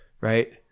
right